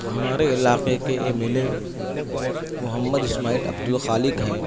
ہمارے علاقے کے M L A Mohammad Ismail Abdul Khaliq ہیں